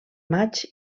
maig